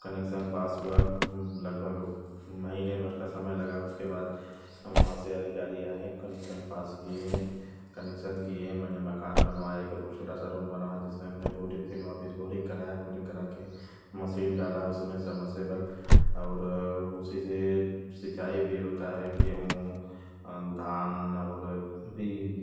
connection पास हुआ लगभग महीने भर का समय लगा उसके बाद वहाँ से अधिकारी आए कनेक्सन पास किए कनेक्सन किए मैंने मकान बनवाए एक छोटा सा रूम बनवाए जिसमें हम ने बोरिंग फिर वापस बोरिंग कराया बोरिंग करा के मसीन डाला उसमें समरसेबल और उसी से सिंचाई भी होता है गेंहूँ धान और बीज